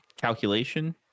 calculation